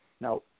Now